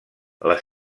les